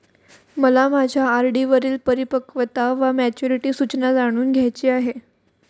मला माझ्या आर.डी वरील परिपक्वता वा मॅच्युरिटी सूचना जाणून घ्यायची आहे